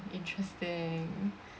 interesting